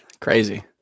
Crazy